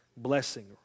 Blessing